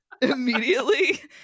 immediately